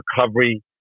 Recovery